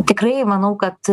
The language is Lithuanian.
tikrai manau kad